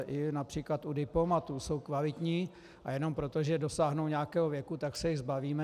I například u diplomatů jsou kvalitní a jenom proto, že dosáhnou nějakého věku, tak se jich zbavíme.